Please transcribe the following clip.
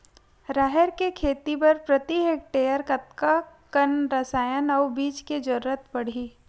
राहेर के खेती बर प्रति हेक्टेयर कतका कन रसायन अउ बीज के जरूरत पड़ही?